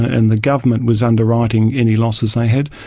and the government was underwriting any losses they had.